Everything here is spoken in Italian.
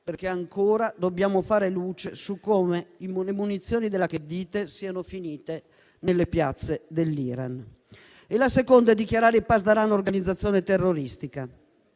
perché ancora dobbiamo fare luce su come le munizioni della Cheddite siano finite nelle piazze dell'Iran. La seconda è dichiarare i *pasdaran* organizzazione terroristica,